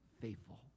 faithful